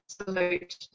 absolute